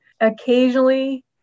occasionally